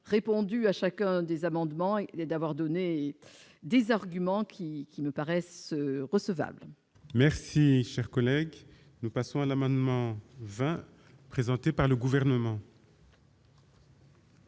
répondu à chacun des amendements et d'avoir donné des arguments qui qui ne paraissent recevable. Merci, cher collègue, nous passons à l'amendement 20 présenté par le gouvernement.